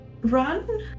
run